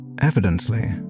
Evidently